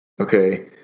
Okay